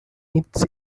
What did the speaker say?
its